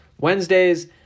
Wednesdays